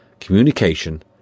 communication